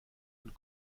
und